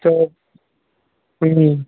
तो